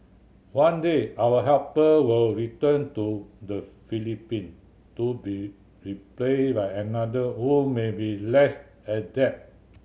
one day our helper will return to the Philippine to be replaced by another who may be less adept